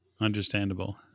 Understandable